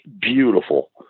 beautiful